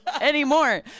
Anymore